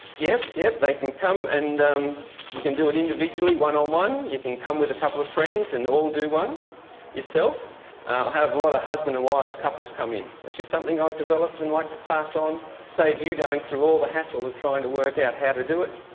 yep, yep, they can come and um you can do it individually one on one. you can come with a couple of friends and all do one yourself. i have a lot of husband and wives couples come in. it's just something i've developed and like to pass on save you going through all the hassle of trying to work out how to do it,